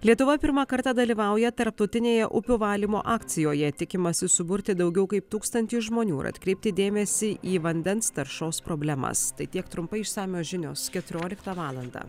lietuva pirmą kartą dalyvauja tarptautinėje upių valymo akcijoje tikimasi suburti daugiau kaip tūkstantį žmonių ir atkreipti dėmesį į vandens taršos problemas tai tiek trumpai išsamios žinios keturioliktą valandą